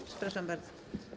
A, przepraszam bardzo.